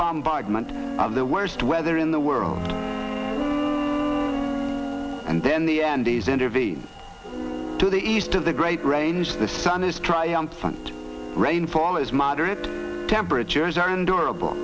bombardment of the worst weather in the world and then the andes intervene to the east of the great range the sun is triumphant rainfall is moderate temperatures are end